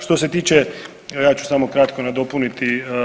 Što se tiče, evo ja ću samo kratko nadopuniti.